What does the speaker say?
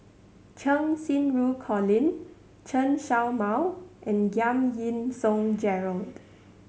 Cheng Xinru Colin Chen Show Mao and Giam Yean Song Gerald